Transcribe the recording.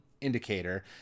indicator